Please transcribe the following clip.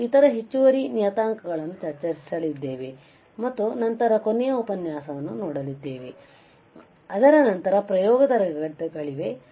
ಕೆಲವು ಇತರ ಹೆಚ್ಚುವರಿ ನಿಯತಾಂಕಗಳನ್ನು ಚರ್ಚಿಸಲಿದ್ದೇವೆ ಮತ್ತು ನಂತರ ಕೊನೆಯ ಉಪನ್ಯಾಸವನ್ನು ನೋಡಲಿದ್ದೇವೆ ಅದರ ನಂತರ ಪ್ರಯೋಗ ತರಗತಿಗಳಿವೆ